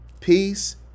peace